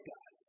God